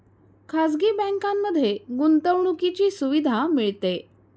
खाजगी बँकांमध्ये गुंतवणुकीची सुविधा मिळते